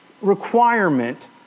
requirement